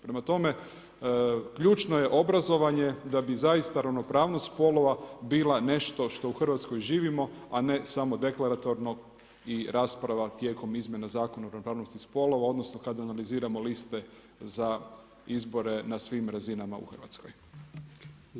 Prema tome, ključno je obrazovanje da bi zaista ravnopravnost spolova bila nešto što u Hrvatskoj živimo, a ne samo deklaratorno i rasprava tijekom izmjena Zakona o ravnopravnosti spolova odnosno kada analiziramo liste za izbore na svim razinama u Hrvatskoj.